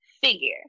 figure